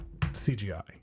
CGI